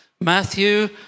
Matthew